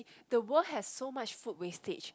the world has so much food wastage